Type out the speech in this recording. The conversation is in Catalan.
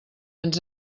ens